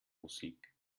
musik